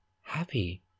happy